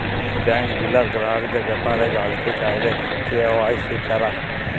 bank গুলার গ্রাহকদের ব্যাপারে জালতে চাইলে কে.ওয়াই.সি ক্যরা